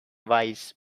wise